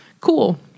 cool